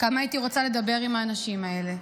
כמה הייתי רוצה לדבר עם האנשים האלה.